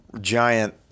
giant